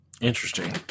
Interesting